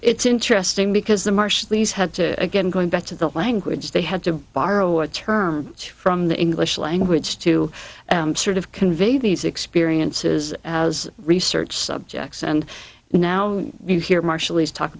it's interesting because the marshallese had to again going back to the language they had to borrow a term from the english language to sort of convey these experiences as research subjects and now you hear marshallese talk